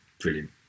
Brilliant